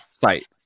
Fight